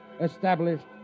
established